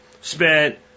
spent